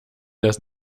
das